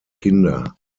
kinder